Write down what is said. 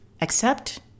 accept